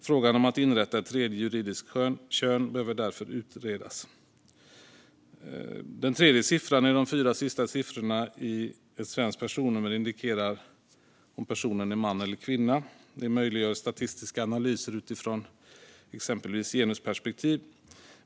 Frågan om att inrätta ett tredje juridiskt kön behöver därför utredas. Den tredje siffran i de fyra sista siffrorna i ett svenskt personnummer indikerar om personen är man eller kvinna. Det möjliggör statistiska analyser utifrån exempelvis ett genusperspektiv.